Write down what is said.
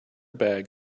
bag